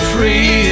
Free